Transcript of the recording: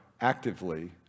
actively